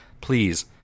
please